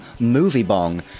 MovieBong